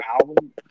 album